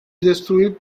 destruir